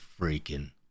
freaking